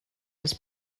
was